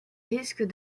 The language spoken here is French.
risques